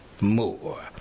more